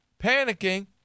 panicking